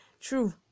true